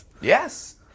Yes